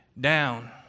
down